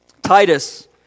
Titus